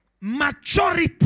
maturity